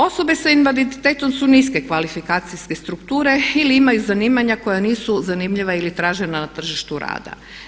Osobe sa invaliditetom su niske kvalifikacijske strukture ili imaju zanimanja koja nisu zanimljiva ili tražena na tržištu rada.